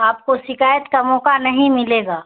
آپ کو شکایت کا موقع نہیں ملے گا